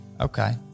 Okay